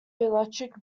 electric